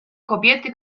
kobiety